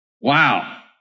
Wow